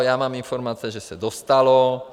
Já mám informace, že se dostalo.